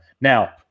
Now